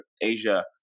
Asia